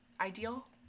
ideal